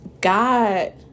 God